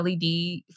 LED